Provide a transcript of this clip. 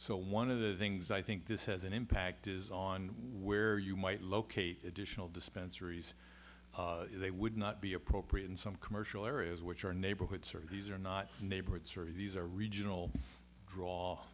so one of the things i think this has an impact is on where you might locate additional dispensary is they would not be appropriate in some commercial areas which are neighborhood sort of these are not neighborhoods are these are regional draw